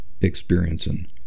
experiencing